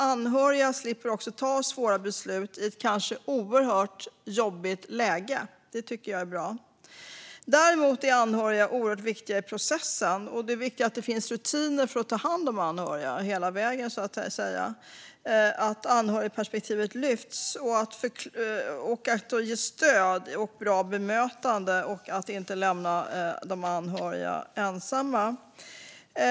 Anhöriga slipper ta svåra beslut i ett kanske oerhört jobbigt läge; det tycker jag är bra. Däremot är anhöriga oerhört viktiga i processen. Det är viktigt att det finns rutiner för att ta hand om anhöriga hela vägen, att anhörigperspektivet lyfts fram, att man ger stöd och ett bra bemötande och att man inte lämnar de anhöriga ensamma.